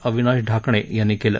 अविनाश ढाकणे यांनी केलं